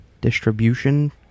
distribution